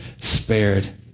spared